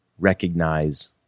recognize